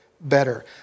better